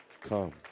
Come